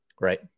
right